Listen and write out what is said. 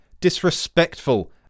disrespectful